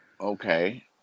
Okay